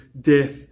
death